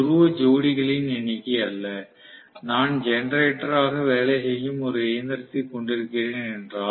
துருவ ஜோடிகளின் எண்ணிக்கை அல்ல நான் ஜெனெரேட்டர் ஆக வேலை செய்யும் இயந்திரத்தை கொண்டிருக்கிறேன் என்றால்